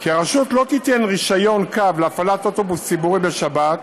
כי הרשות לא תיתן רישיון קו להפעלת אוטובוס ציבורי בשבת,